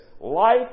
life